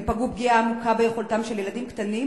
הם פגעו פגיעה עמוקה ביכולתם של ילדים קטנים